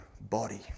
body